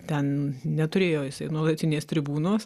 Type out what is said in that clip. ten neturėjo jisai nuolatinės tribūnos